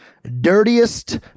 Dirtiest